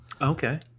okay